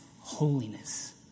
holiness